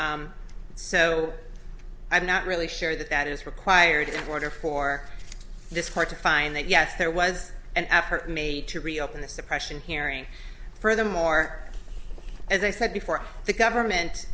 remand so i'm not really sure that that is required in order for this part to find that yes there was an effort made to reopen the suppression hearing furthermore as i said before the government